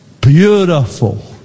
beautiful